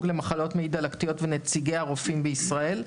למחלות מעי דלקתיות ונציגי הרופאים בישראל.